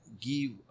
give